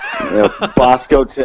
Bosco